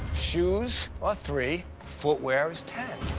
shoes are three, footwear is ten.